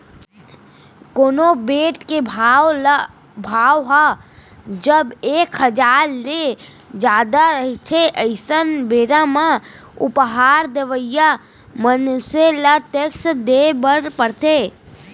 कोनो भेंट के भाव ह जब एक करार ले जादा रहिथे अइसन बेरा म उपहार देवइया मनसे ल टेक्स देय बर परथे